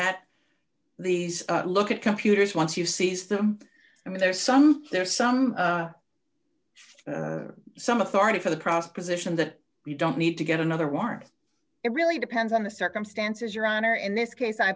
at these look at computers once you seize them i mean there's some there's some some authority for the prospers ition that we don't need to get another warrant it really depends on the circumstances your honor in this case i